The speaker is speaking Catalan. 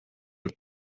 del